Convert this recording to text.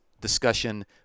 discussion